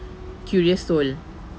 curious soul